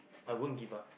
I won't give up